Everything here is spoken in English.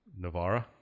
Navara